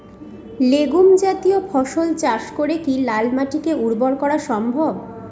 Legume জাতীয় ফসল চাষ করে কি লাল মাটিকে উর্বর করা সম্ভব?